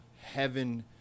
heaven